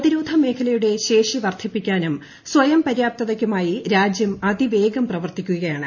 പ്രതിരോധ മേഖലയുടെ ശേഷി വർധിപ്പിക്കാനും സ്വയംപര്യാപ്തതയ്ക്കു മായി രാജ്യം അതിവേഗം പ്രവർത്തിക്കുകയാണ്